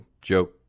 joke